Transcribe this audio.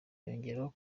yongeraho